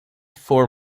for